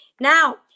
Now